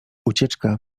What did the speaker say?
ucieczka